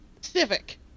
Civic